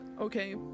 Okay